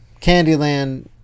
Candyland